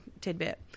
tidbit